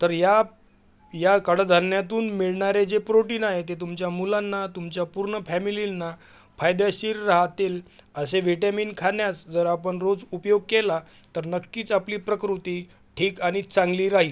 तर या या कडधान्यातून मिळणारे जे प्रोटीन आहे ते तुमच्या मुलांना तुमच्या पूर्ण फॅमिलींना फायदेशीर राहतील असे व्हिटॅमीन खाण्यास जर आपण रोज उपयोग केला तर नक्कीच आपली प्रकृती ठीक आणि चांगली राहील